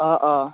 অ অ